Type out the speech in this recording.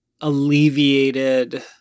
alleviated